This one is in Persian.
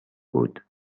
بود